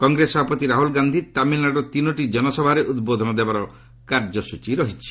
କଂଗ୍ରେସ ସଭାପତି ରାହୁଲ ଗାନ୍ଧି ତାମିଲନାଡୁର ତିନୋଟି ଜନସଭାରେ ଉଦ୍ବୋଧନ ଦେବାର କାର୍ଯ୍ୟସ୍ତଚୀ ରହିଛି